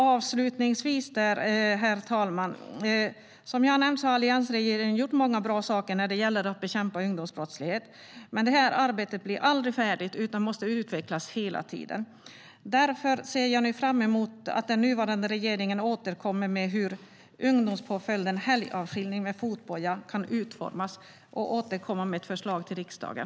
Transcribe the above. Avslutningsvis, herr talman: Som jag har nämnt har alliansregeringen gjort många bra saker när det gäller att bekämpa ungdomsbrottslighet. Men arbetet blir aldrig färdigt utan måste utvecklas hela tiden. Därför ser jag nu fram emot att den nuvarande regeringen återkommer med hur ungdomspåföljden helgavskiljning med fotboja kan utformas och återkommer med ett förslag till riksdagen.